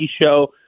show